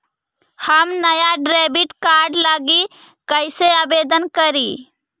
हम नया debit card लागी कईसे आवेदन करी?